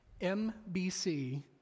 MBC